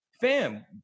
fam